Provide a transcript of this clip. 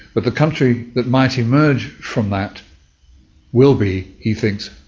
but the country that might emerge from that will be, he thinks,